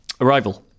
Arrival